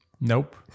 Nope